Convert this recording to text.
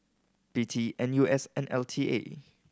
P T N U S and L T A